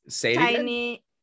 tiny